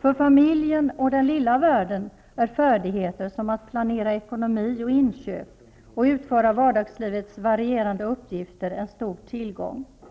För familjen och den lilla världen är färdigheter som att planera ekonomi, inköp och utföra vardagslivets varierande uppgifter en stor tillgång --